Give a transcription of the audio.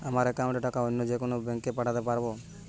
আমার একাউন্টের টাকা অন্য যেকোনো ব্যাঙ্কে পাঠাতে পারব?